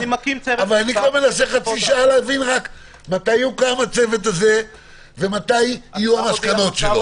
אבל אני מנסה להבין מתי יוקם הצוות הזה ומתי יהיו המסקנות שלו.